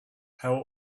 how